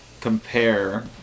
compare